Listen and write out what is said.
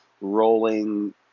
rolling